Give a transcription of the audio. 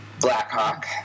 Blackhawk